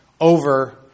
over